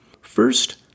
First